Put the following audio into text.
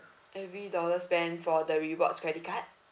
every dollar spent for the rewards credit card